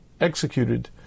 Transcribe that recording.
executed